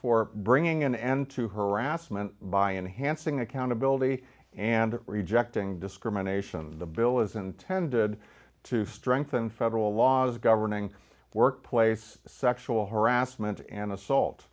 for bringing an end to harassment by enhancing accountability and rejecting discrimination the bill is intended to strengthen federal laws governing workplace sexual harassment and